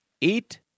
Eat